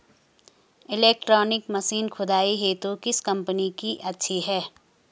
Electronic machine खुदाई हेतु किस कंपनी की अच्छी है?